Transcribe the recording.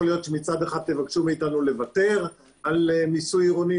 להיות שמצד אחד תבקשו מאתנו לוותר על מיסוי עירוני,